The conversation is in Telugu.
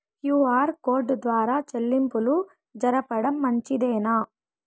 క్యు.ఆర్ కోడ్ ద్వారా చెల్లింపులు జరపడం మంచిదేనా?